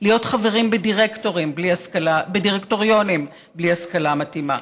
להיות חברים בדירקטוריונים בלי השכלה מתאימה,